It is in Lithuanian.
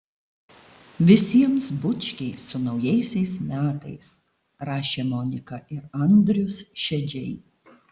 visiems bučkiai su naujaisiais metais rašė monika ir andrius šedžiai